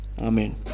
Amen